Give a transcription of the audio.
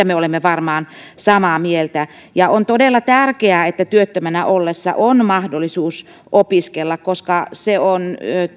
me olemme varmaan samaa mieltä on todella tärkeää että työttömänä ollessa on mahdollisuus opiskella koska se on